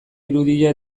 irudia